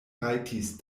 rajtis